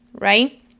right